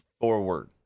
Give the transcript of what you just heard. forward